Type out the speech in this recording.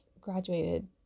graduated